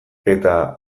eta